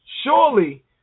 surely